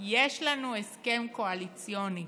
יש לנו הסכם קואליציוני,